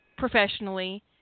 Professionally